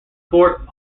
sport